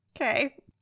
Okay